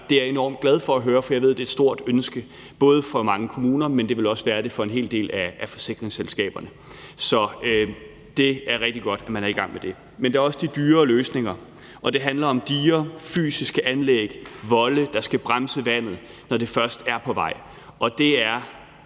det er jeg enormt glad for at høre, for jeg ved, det er et stort ønske ikke bare for mange kommuner, men det vil også være det for en hel del af forsikringsselskaberne. Så det er rigtig godt, at man er i gang med det. Men der er også de dyrere løsninger, og det handler om diger, fysiske anlæg, volde, der skal bremse vandet, når det først er på vej, og det er